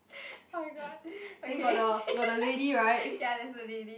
oh-my-god okay ya there's a lady